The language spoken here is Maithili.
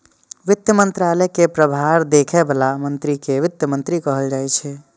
वित्त मंत्रालय के प्रभार देखै बला मंत्री कें वित्त मंत्री कहल जाइ छै